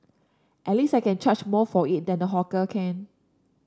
at least I can charge more for it than the hawker can